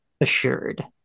assured